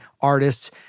artists